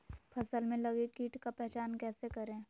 फ़सल में लगे किट का पहचान कैसे करे?